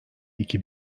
iki